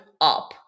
up